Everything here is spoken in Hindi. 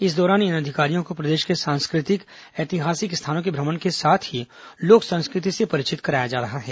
इस दौरान इन अधिकारियों को प्रदेश के सांस्कृतिक ऐतिहासिक स्थानों के भ्रमण के साथ ही लोक संस्कृति से परिचित कराया जा रहा है